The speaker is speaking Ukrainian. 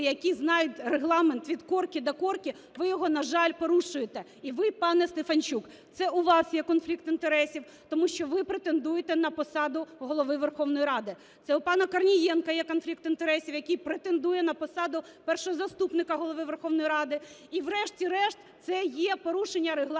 які знають Регламент від корки до корки, ви його, на жаль, порушуєте. І ви, пане Стефанчук. Це у вас є конфлікт інтересів, тому що ви претендуєте на посаду Голови Верховної Ради. Це у пана Корнієнка є конфлікт інтересів, який претендує на посаду Першого заступника Голови Верховної Ради. І врешті-решт це є порушення Регламенту,